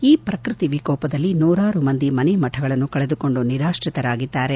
ಈ ಪ್ರಕೃತಿ ವಿಕೋಪದಲ್ಲಿ ನೂರಾರು ಮಂದಿ ಮನೆ ಮಠಗಳನ್ನು ಕಳೆದುಕೊಂಡು ನಿರಾತ್ರಿತರಾಗಿದ್ದಾರೆ